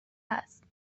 است